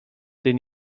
den